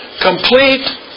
Complete